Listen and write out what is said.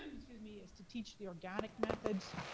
excuse me, is to teach the organic methods,